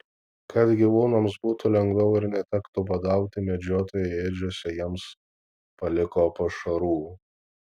kad gyvūnams būtų lengviau ir netektų badauti medžiotojai ėdžiose jiems paliko pašarų